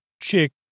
chick